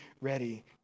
ready